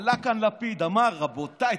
עלה כאן לפיד ואמר: רבותיי,